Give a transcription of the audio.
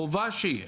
חובה שיהיה.